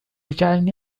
جعلني